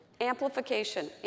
Amplification